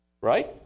Right